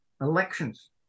elections